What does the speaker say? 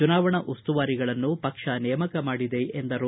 ಚುನಾವಣಾ ಉಸ್ತುವಾರಿಗಳನ್ನು ಪಕ್ಷ ನೇಮಕ ಮಾಡಿದೆ ಎಂದರು